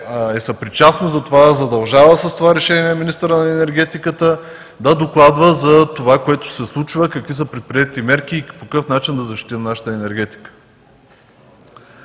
е съпричастно и задължава с това решение министърът на енергетиката да докладва за това, което се случва, какви са предприетите мерки и по какъв начин да защитим нашата енергетика.